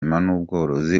n’ubworozi